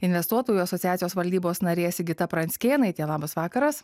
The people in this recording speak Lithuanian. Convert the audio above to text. investuotojų asociacijos valdybos narė sigita pranckėnaitė labas vakaras